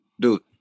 dude